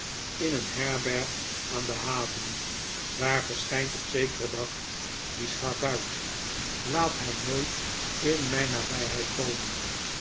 in een herberg aan de haven daar verschijnt op zekeren dag die schavuit laat hij nooit in mijn nabijheid komen